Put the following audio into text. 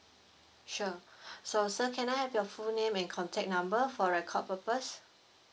sure so sir can I have your full name and contact number for record purpose